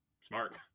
smart